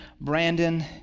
Brandon